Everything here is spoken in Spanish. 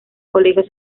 colegios